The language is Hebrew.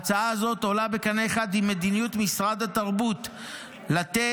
ההצעה הזאת עולה בקנה אחד עם מדיניות משרד התרבות לתת